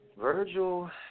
Virgil